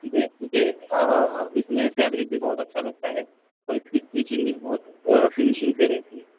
ٹھیک ہے کیونکہ اس میں فیبرک بھی بہت اچھا لگتا ہے تو اس کی اسٹیچنگ بھی بہت فنیشنگ سے رہتی ہے